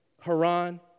Haran